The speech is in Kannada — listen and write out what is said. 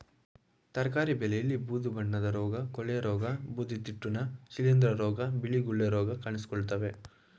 ತರಕಾರಿ ಬೆಳೆಯಲ್ಲಿ ಬೂದು ಬಣ್ಣದ ರೋಗ, ಕೊಳೆರೋಗ, ಬೂದಿತಿಟ್ಟುನ, ಶಿಲಿಂದ್ರ ರೋಗ, ಬಿಳಿ ಗುಳ್ಳೆ ರೋಗ ಕಾಣಿಸಿಕೊಳ್ಳುತ್ತವೆ